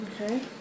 Okay